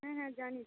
হ্যাঁ হ্যাঁ জানি তো